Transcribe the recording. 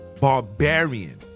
barbarian